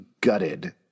gutted